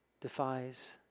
defies